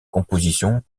compositions